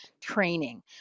training